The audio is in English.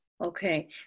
okay